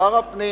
שר הפנים,